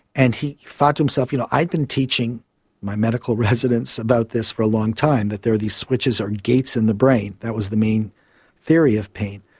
and he thought to himself, you know, i've been teaching my medical residents about this for a long time, that there are these switches or gates in the brain, that was the main theory of pain,